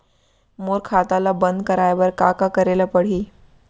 मोर खाता ल बन्द कराये बर का का करे ल पड़ही?